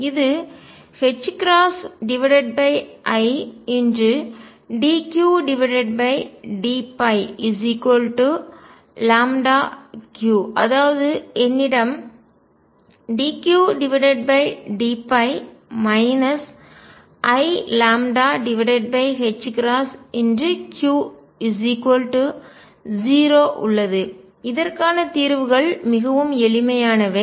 இது idQdϕλ Q அதாவது என்னிடம் dQdϕ iλQ0 உள்ளது இதற்கான தீர்வுகள் மிகவும் எளிமையானவை